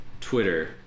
twitter